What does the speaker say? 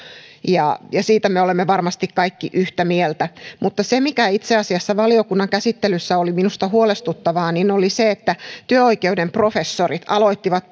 ja ja siitä me olemme varmasti kaikki yhtä mieltä mutta se mikä itse asiassa valiokunnan käsittelyssä oli minusta huolestuttavaa oli se että työoikeuden professorit aloittivat